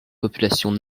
populations